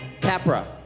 Capra